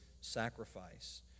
sacrifice